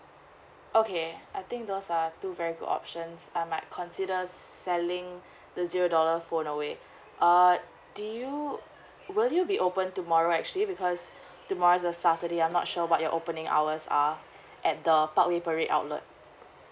okay I think that was err two very good options I might consider selling the zero dollar phone away uh do you will you be open tomorrow actually because tomorrow is saturday I'm not sure what your opening hours are at the parkway parade outlet